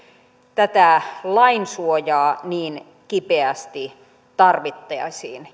tätä lainsuojaa niin kipeästi tarvittaisiin